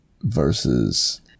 versus